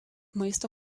maisto